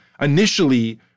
Initially